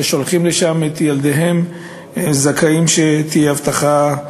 וההורים השולחים למוסדות האלה את ילדיהם זכאים שתהיה שם אבטחה.